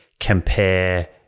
compare